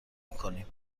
میکنیم